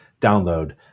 download